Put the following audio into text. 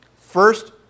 First